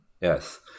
Yes